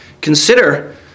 Consider